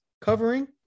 covering